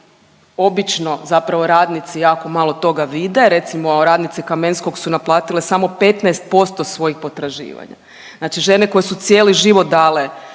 obično zapravo radnici jako malo toga vide. Recimo radnice Kamenskog su naplatile samo 15% svojih potraživanja. Znači žene koje su cijeli život dale